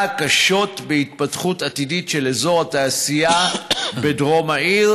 קשות בהתפתחות עתידית של אזור התעשייה בדרום העיר?